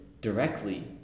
directly